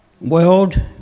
world